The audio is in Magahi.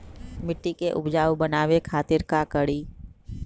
मिट्टी के उपजाऊ बनावे खातिर का करी?